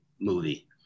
movie